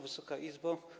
Wysoka Izbo!